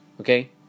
Okay